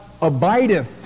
abideth